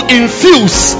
infuse